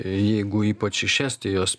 jeigu ypač iš estijos